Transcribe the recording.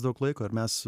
daug laiko ir mes